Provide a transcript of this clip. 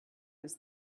was